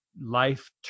life